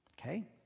okay